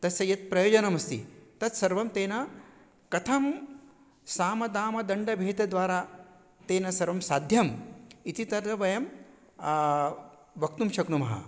तस्य यत् प्रयोजनमस्ति तत्सर्वं तेन कथं सामदानदण्डभेतद्वारा तेन सर्वं साध्यम् इति तत्र वयं वक्तुं शक्नुमः